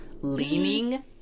leaning